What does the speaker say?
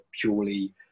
purely